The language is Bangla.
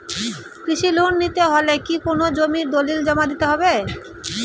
কৃষি লোন নিতে হলে কি কোনো জমির দলিল জমা দিতে হবে?